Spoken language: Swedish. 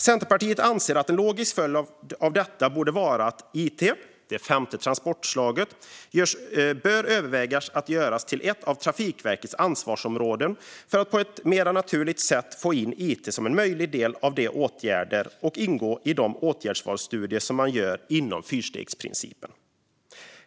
Centerpartiet anser att en logisk följd av detta borde vara att man överväger att göra it, det femte transportslaget, till ett av Trafikverkets ansvarsområden. Då kan man på ett mer naturligt sätt få in it som en möjlig del av de åtgärder som ingår i de åtgärdsvalsstudier som görs inom fyrstegsprincipen.